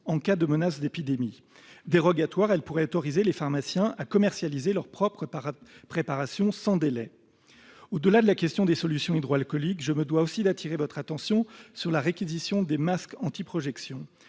en cas de menace d'épidémie. Dérogatoires, elles pourraient autoriser les pharmaciens à commercialiser leurs propres préparations sans délai. Au-delà de la question des solutions hydroalcooliques, je me dois aussi d'attirer votre attention sur la réquisition des masques anti-projections.